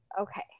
Okay